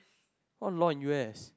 oh law in U_S